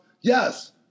yes